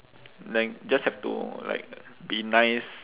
then just have to like be nice